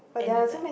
anytime